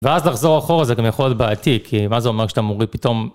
ואז לחזור אחורה זה גם יכול להיות בעייתי, כי מה זה אומר כשאתה מוריד פתאום...